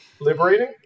liberating